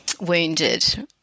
wounded